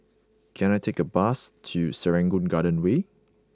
can I take a bus to Serangoon Garden Way